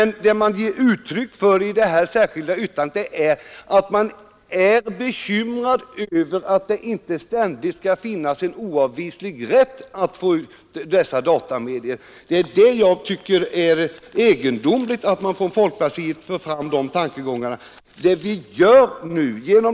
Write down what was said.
Vad man i detta särskilda yttrande ger uttryck åt är att man är bekymrad över att det inte ständigt skall finnas en oavvislig rätt att få ut dessa datamedier. Jag tycker det är egendomligt att man från folkpartiet fört fram dessa tankegångar.